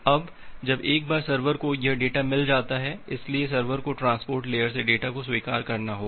अब जब एक बार सर्वर को यह डेटा मिल जाता है इसलिए सर्वर को ट्रांसपोर्ट लेयर से डेटा को स्वीकार करना होगा